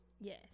Yes